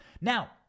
Now